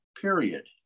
period